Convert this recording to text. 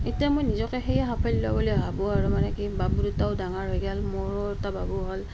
এতিয়া মই নিজকে সেই সাফল্য বুলি ভাবোঁ আৰু মানে কি বাবু দুটাও ডাঙৰ হৈ গ'ল মোৰো এটা বাবু হ'ল